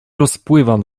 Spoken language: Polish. rozpływam